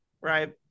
right